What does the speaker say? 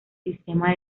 sistema